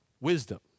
wisdom